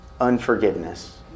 unforgiveness